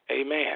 Amen